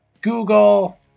Google